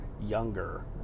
younger